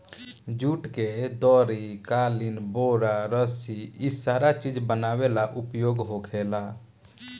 जुट के दरी, कालीन, बोरा, रसी इ सारा चीज बनावे ला उपयोग होखेला